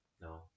No